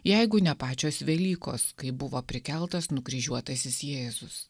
jeigu ne pačios velykos kai buvo prikeltas nukryžiuotasis jėzus